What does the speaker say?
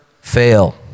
fail